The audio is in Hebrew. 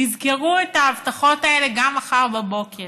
תזכרו את ההבטחות האלה גם מחר בבוקר,